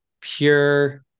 pure